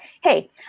hey